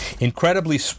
Incredibly